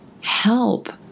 help